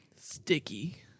Sticky